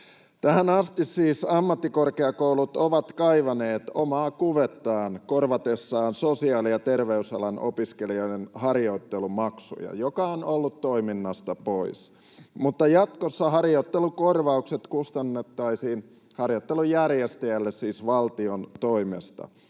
Tähän asti siis ammattikorkeakoulut ovat kaivaneet omaa kuvettaan korvatessaan sosiaali- ja terveysalan opiskelijoiden harjoittelumaksuja, mikä on ollut toiminnasta pois. Jatkossa harjoittelukorvaukset kustannettaisiin harjoittelun järjestäjälle valtion toimesta